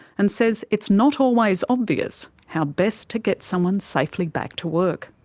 and says it's not always obvious how best to get someone safely back to work.